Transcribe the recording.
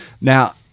now